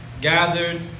gathered